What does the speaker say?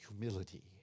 humility